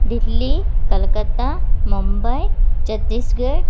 Delhi Calcutta Mumbai Chhattisgarh